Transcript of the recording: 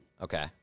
Okay